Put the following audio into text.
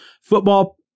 football